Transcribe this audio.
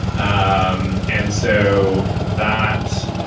um and so that,